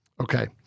Okay